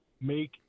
make